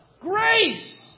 Grace